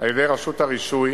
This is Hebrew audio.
על-ידי רשות הרישוי